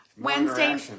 Wednesday